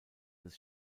des